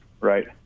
right